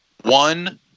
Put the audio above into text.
one